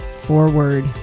forward